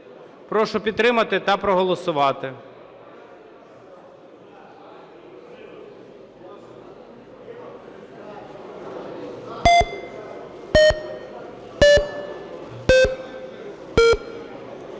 Прошу підтримати та проголосувати.